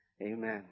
Amen